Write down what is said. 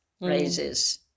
raises